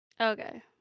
Okay